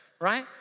right